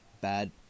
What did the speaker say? bad